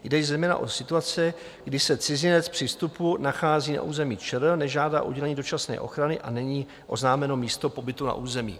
Jde zejména o situace, kdy se cizinec při vstupu nachází na území ČR, nežádá o udělení dočasné ochrany a není oznámeno místo pobytu na území.